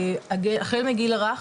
החל מהגיל הרך,